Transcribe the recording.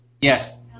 Yes